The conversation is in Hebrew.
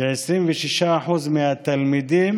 וכ-26% מהתלמידים